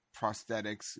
prosthetics